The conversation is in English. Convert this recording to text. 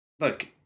Look